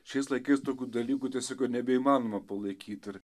šiais laikais tokių dalykų tiesiog jau nebeįmanoma palaikyt ir